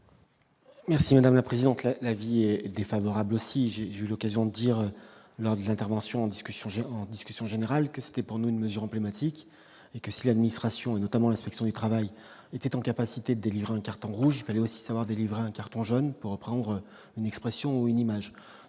Merci madame la présidente, la vie est défavorable, aussi, j'ai eu l'occasion de dire lors de l'intervention en discussion j'en discussion générale que c'était pour nous une mesure emblématique et que si l'administration et notamment l'inspection du travail était en capacité délivre un carton rouge, fait aussi savoir délivre un carton jaune pour reprendre une expression ou une image